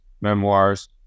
memoirs